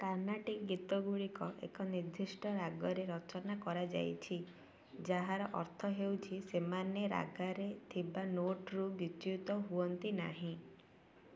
କାର୍ଣ୍ଣାଟିକ୍ ଗୀତ ଗୁଡ଼ିକ ଏକ ନିର୍ଦ୍ଦିଷ୍ଟ ରାଗରେ ରଚନା କରାଯାଇଛି ଯାହାର ଅର୍ଥ ହେଉଛି ସେମାନେ ରାଗାରେ ଥିବା ନୋଟ୍ରୁ ବିଚ୍ୟୁତ ହୁଅନ୍ତି ନାହିଁ